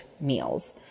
meals